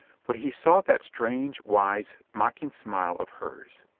but he saw that strange, wise, mocking smile of hers.